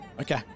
Okay